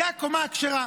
זו הקומה הכשרה.